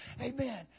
Amen